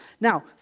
Now